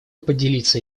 поделиться